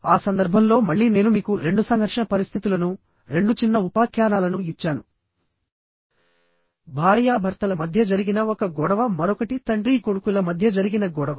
ఆ సందర్భంలో మళ్ళీ నేను మీకు రెండు సంఘర్షణ పరిస్థితులను రెండు చిన్న ఉపాఖ్యానాలను ఇచ్చాను భార్యాభర్తల మధ్య జరిగిన ఒక గొడవ మరొకటి తండ్రీ కొడుకుల మధ్య జరిగిన గొడవ